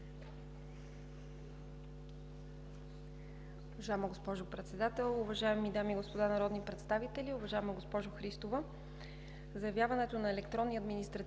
Добре